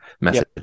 message